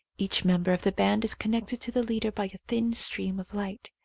each member of the band is connected to the leader by a thin stream of light.